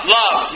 love